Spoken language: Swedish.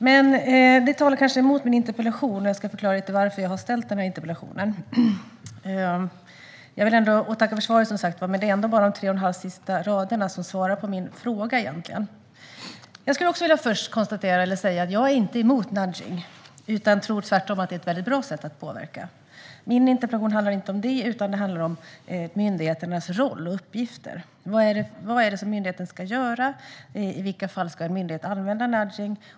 Det här talar kanske emot min interpellation, så jag ska förklara lite varför jag har ställt interpellationen. Jag vill som sagt tacka för svaret, men det är egentligen bara de tre och en halv sista raderna som svarar på min fråga. Jag vill framhålla att jag inte är emot nudging. Jag tror tvärtom att det är ett väldigt bra sätt att påverka. Min interpellation handlar inte om det, utan om myndigheternas roll och uppgifter. Vad är det myndigheten ska göra? I vilka fall ska en myndighet använda nudging?